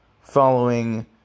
following